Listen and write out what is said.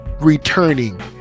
returning